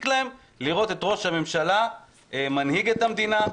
להם לראות את ראש הממשלה מנהיג את המדינה,